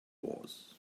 was